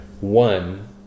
One